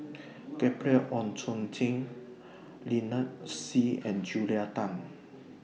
Gabriel Oon Chong Jin Lynnette Seah and Julia Tan